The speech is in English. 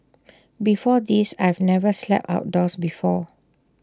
before this I've never slept outdoors before